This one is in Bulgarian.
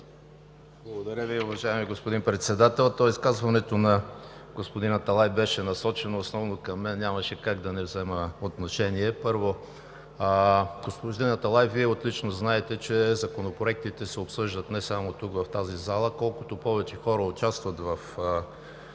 Благодаря Ви, уважаеми господин Председател. Изказването на господин Аталай беше насочено основно към мен и нямаше как да не взема отношение. Първо, господин Аталай, Вие отлично знаете, че законопроектите се обсъждат не само тук, в тази зала. Колкото повече хора участват в